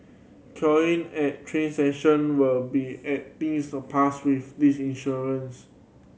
cursing at train session will be end be surpass with this insurance